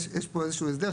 יש פה איזה שהוא הסדר,